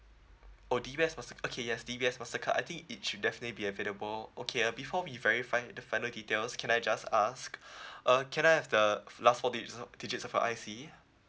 oh D_B_S master okay yes D_B_S mastercard I think it should definitely be available okay uh before we verify the final details can I just ask uh can I have the last four digits of digits of your I_C